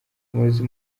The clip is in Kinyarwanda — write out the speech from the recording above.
umuyobozi